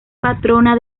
patrona